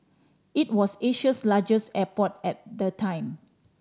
it was Asia's largest airport at the time